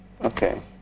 okay